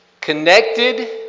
Connected